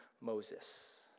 Moses